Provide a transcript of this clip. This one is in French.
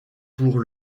pour